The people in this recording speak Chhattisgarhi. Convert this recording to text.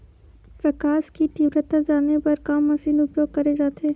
प्रकाश कि तीव्रता जाने बर का मशीन उपयोग करे जाथे?